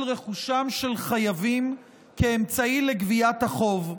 רכושם של חייבים כאמצעי לגביית החוב.